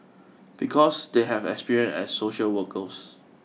because they have experience as social workers